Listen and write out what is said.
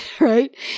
right